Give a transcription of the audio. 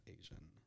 Asian